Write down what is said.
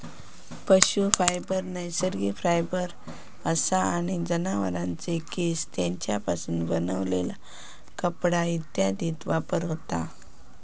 पशू फायबर नैसर्गिक फायबर असा आणि जनावरांचे केस, तेंच्यापासून बनलेला कपडा इत्यादीत वापर होता